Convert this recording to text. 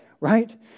Right